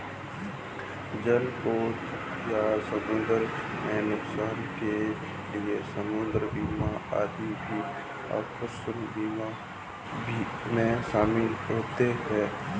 जलपोतों या समुद्र में नुकसान के लिए समुद्र बीमा आदि भी आकस्मिक बीमा में शामिल होते हैं